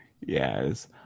Yes